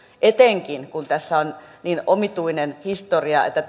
etenkin kun tässä on niin omituinen historia että